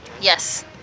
Yes